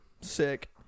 Sick